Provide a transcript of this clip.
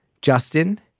Justin